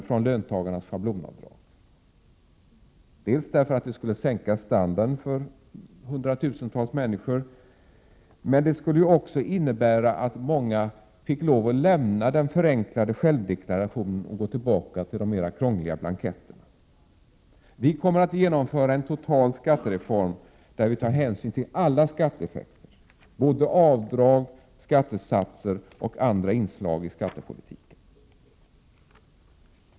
från löntagarnas schablonavdrag. Det skulle sänka standarden för hundratusentals människor. Det skulle också innebära att många inte skulle kunna använda den förenklade självdeklarationen utan få lov att gå tillbaka till de mera krångliga blanketterna. Vi kommer att genomföra en total skattereform, där vi tar hänsyn till alla skatteeffekter, när det gäller såväl avdrag och skattesatser som andra inslag i skattepolitiken.